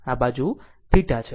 આ બાજુ θ છે